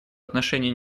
отношении